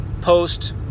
post